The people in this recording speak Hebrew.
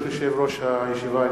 ברשות יושב-ראש הישיבה,